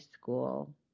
school